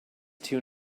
too